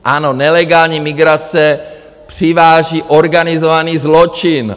Ano, nelegální migrace přiváží organizovaný zločin.